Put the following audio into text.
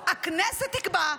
לא, הכנסת תקבע.